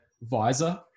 visor